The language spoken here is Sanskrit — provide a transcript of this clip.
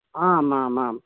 आम् आम् आम्